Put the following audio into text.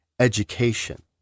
Education